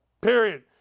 Period